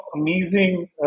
amazing